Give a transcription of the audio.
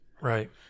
Right